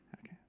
Okay